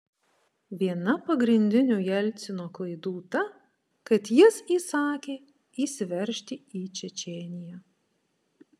viena pagrindinių jelcino klaidų ta kad jis įsakė įsiveržti į čečėniją